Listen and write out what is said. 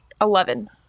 Eleven